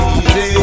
easy